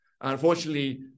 Unfortunately